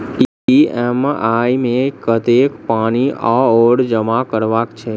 EMI मे कतेक पानि आओर जमा करबाक छैक?